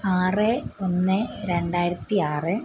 ആറ് ഒന്ന് രണ്ടായിരത്തി ആറ്